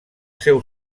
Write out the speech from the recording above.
seu